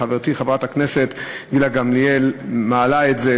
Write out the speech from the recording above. חברתי חברת הכנסת גילה גמליאל מעלה את זה,